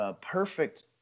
perfect